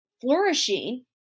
flourishing